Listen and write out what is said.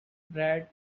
brad